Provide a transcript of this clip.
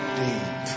deep